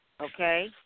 okay